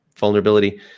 vulnerability